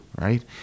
right